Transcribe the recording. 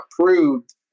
approved